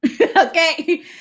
okay